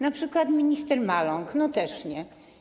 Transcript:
Na przykład minister Maląg też nie.